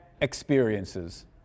experiences